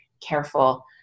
careful